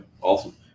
awesome